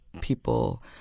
people